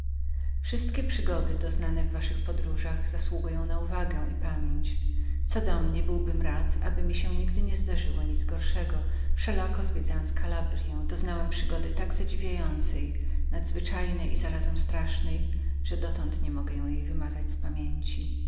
wszystkie przygody doznane w waszych podróżach zasługują na uwagę i pamięć co do mnie byłbym rad aby mi się nigdy nie stało nic gorszego wszelako zwiedzając kalabryę doznałem przygody tak zadziwiającej nadzwyczajnej i zarazem strasznej że dotąd nie mogę jej wymazać z pamięci